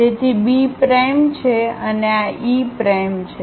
તેથી B prime છે અને આ E પ્રાઇમ છે